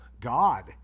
God